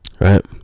right